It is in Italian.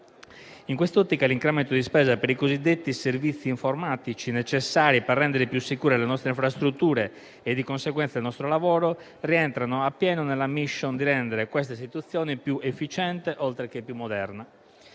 In quest'ottica, l'incremento di spesa per i cosiddetti servizi informatici, necessari per rendere più sicure le nostre infrastrutture e di conseguenza il nostro lavoro, rientra appieno nella *mission* di rendere questa istituzione più efficiente, oltre che più moderna.